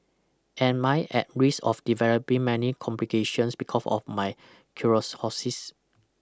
am I at risk of developing many complications because of my cirrhosis